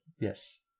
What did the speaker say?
Yes